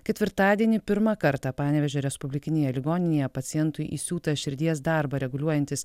ketvirtadienį pirmą kartą panevėžio respublikinėje ligoninėje pacientui įsiūtas širdies darbą reguliuojantis